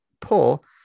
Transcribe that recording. pull